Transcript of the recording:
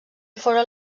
foren